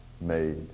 made